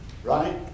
Right